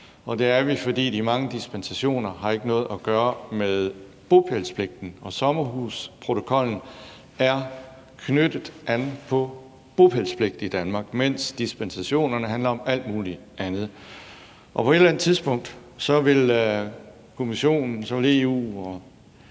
Det er vi, fordi de mange dispensationer ikke har noget med bopælspligten at gøre, og sommerhusprotokollen er knyttet an på bopælspligt i Danmark, mens dispensationerne handler om alt muligt andet. På et eller andet tidspunkt vil Kommissionen, EU,